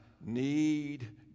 need